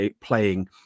playing